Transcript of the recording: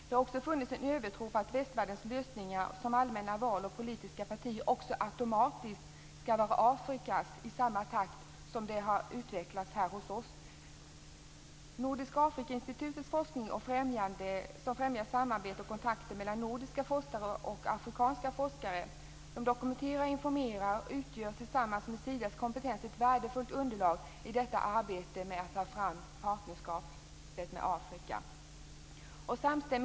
Det har också funnits en övertro på att västvärldens lösningar, som allmänna val och politiska partier, automatiskt också skall vara Afrikas och skall utvecklas i samma takt som har skett här hos oss. Nordiska Afrikainstitutet bedriver forskning som främjar samarbete och kontakter mellan nordiska och afrikanska forskare samt dokumenterar och informerar. Detta skapar tillsammans med Sidas kompetens ett värdefullt underlag för arbetet att ta fram ett partnerskap med Afrika.